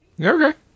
Okay